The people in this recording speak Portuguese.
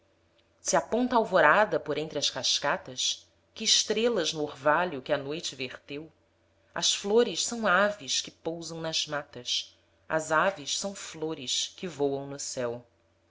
se aponta a alvorada por entre as cascatas que estrelas no orvalho que a noite verteu as flores são aves que pousam nas matas as aves são flores que voam no céu